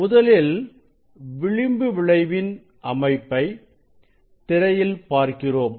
முதலில் விளிம்பு விளைவின் அமைப்பை திரையில் பார்க்கிறோம்